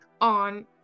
on